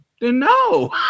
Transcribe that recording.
No